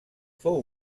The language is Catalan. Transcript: fou